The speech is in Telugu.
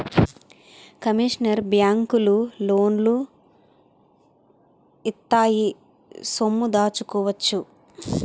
కమర్షియల్ బ్యాంకులు లోన్లు ఇత్తాయి సొమ్ము దాచుకోవచ్చు